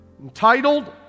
entitled